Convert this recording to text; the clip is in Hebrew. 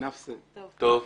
--- טוב.